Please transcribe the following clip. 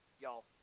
y'all